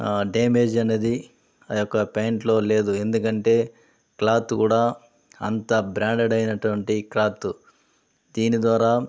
damage అనేది ఆ యొక్క ప్యాంటులో లేదు ఎందుకంటే క్లాతు కూడ అంత బ్రాండేడ్ అయినటువంటి క్లాతు దీని ద్వారా